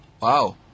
Wow